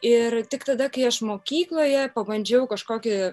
ir tik tada kai aš mokykloje pabandžiau kažkokį